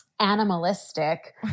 animalistic